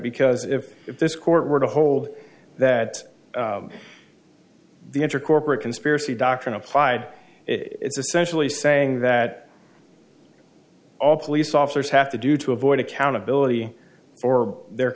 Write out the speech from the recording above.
because if this court were to hold that the enter corporate conspiracy doctrine applied it's essentially saying that all police officers have to do to avoid accountability for their